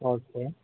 okay